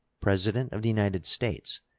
president of the united states,